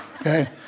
Okay